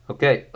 Okay